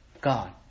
God